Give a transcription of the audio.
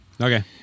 Okay